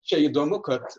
čia įdomu kad